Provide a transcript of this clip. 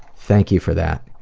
thank you for that,